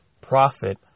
profit